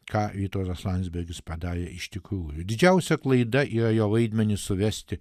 ką vytautas landsbergis padarė iš tikrųjų didžiausia klaida yra jo vaidmenį suvesti